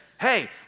hey